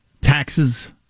Taxes